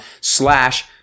slash